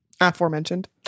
Aforementioned